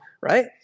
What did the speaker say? Right